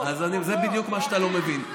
זה בדיוק מה שאתה לא מבין.